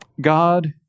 God